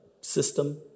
system